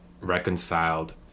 reconciled